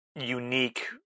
unique